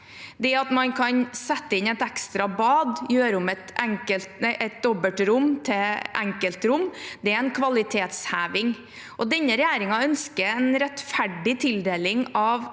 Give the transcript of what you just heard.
Det at man kan sette inn et ekstra bad og gjøre om et dobbeltrom til enkeltrom, er en kvalitetsheving. Denne regjeringen ønsker en rettferdig tildeling av